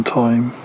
time